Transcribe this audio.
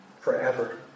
forever